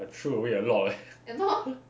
I throw away a lot leh